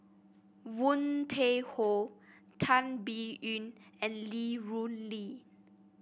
Woon Tai Ho Tan Biyun and Li Rulin